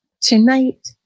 Tonight